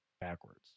backwards